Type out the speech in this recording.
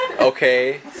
okay